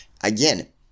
again